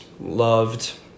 loved